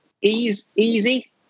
Easy